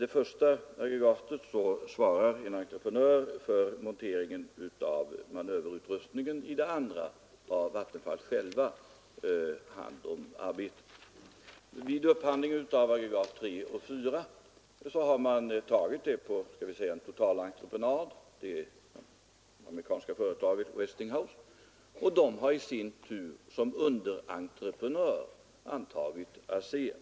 det första aggregatet svarar en entreprenör för monteringen av manöverutrustningen, vid det andra har Vattenfall självt hand om arbetet. Aggregaten 3 och 4 har man tagit på totalentreprenad hos det amerikanska företaget Westinghouse, och det har i sin tur som underentreprenör antagit ASEA.